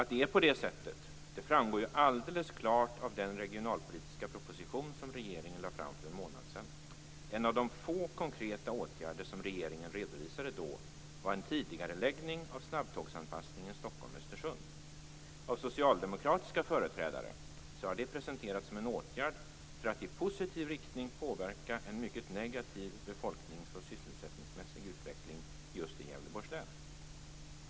Att det är på det sättet framgår alldeles klart av den regionalpolitiska proposition som regeringen lade fram för en månad sedan. En av de få konkreta åtgärder som regeringen redovisade då var en tidigareläggning av snabbtågsanpassningen Stockholm Östersund. Av socialdemokratiska företrädare har det presenterats som en åtgärd för att i positiv riktning påverka en mycket negativ befolknings och sysselsättningsmässig utveckling i just Gävleborgs län.